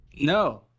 No